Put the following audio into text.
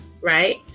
right